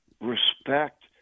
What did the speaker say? respect